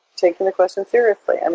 taking the questions seriously. and